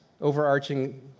overarching